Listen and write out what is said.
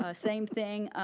ah same thing.